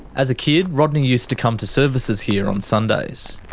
as a kid, rodney used to come to services here on sundays.